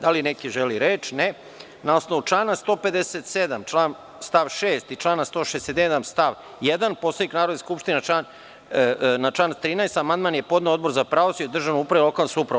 Da li neko želi reč? (Ne.) Na osnovu člana 157. stav 6. i člana 161. stav 1. Poslovnika Narodne skupštine, na član 13. amandman je podneo Odborza pravosuđe, državnu upravu i lokalnu samoupravu.